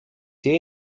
jej